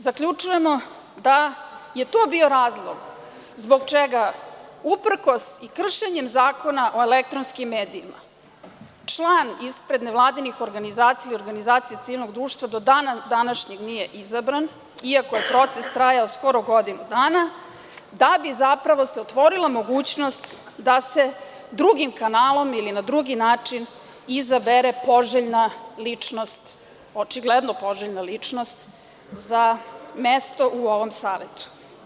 Zaključujemo da je to bio razlog zbog čega, uprkos i kršenjem Zakona o elektronskim medijima, član ispred nevladinih organizacija i organizacija civilnog društva do dana današnjeg nije izabran, iako je proces trajao skoro godinu dana, da bi se zapravo otvorila mogućnost da se drugim kanalom ili na drugi način izabere poželjna ličnost, očigledno poželjna ličnost, za mesto u ovom savetu.